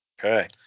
Okay